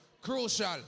Crucial